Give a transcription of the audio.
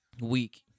week